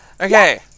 Okay